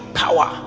power